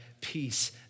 peace